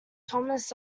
thomas